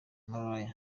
bulaya